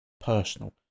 personal